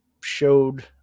showed